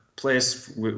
place